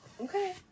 Okay